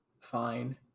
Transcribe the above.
fine